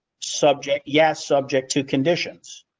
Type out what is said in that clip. subject yes subject to conditions.